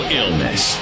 illness